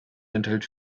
enthält